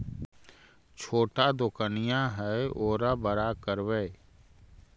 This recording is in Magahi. छोटा दोकनिया है ओरा बड़ा करवै?